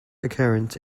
occurrence